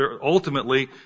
ultimately